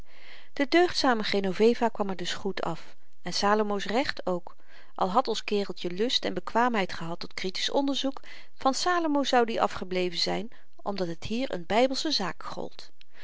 de deugzame genoveva kwam er dus goed af en salomo's recht ook al had ons kereltje lust en bekwaamheid gehad tot kritisch onderzoek van salomo zoud i afgebleven zyn omdat het hier n bybelsche zaak gold